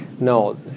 No